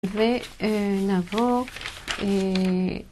ונבוא